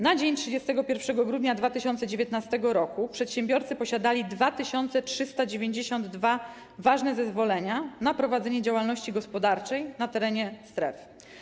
Na dzień 31 grudnia 2019 r. przedsiębiorcy posiadali 2392 ważne zezwolenia na prowadzenie działalności gospodarczej na terenie stref.